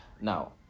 Now